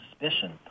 suspicion